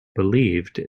believed